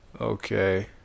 Okay